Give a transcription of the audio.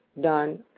done